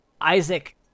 Isaac